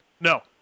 No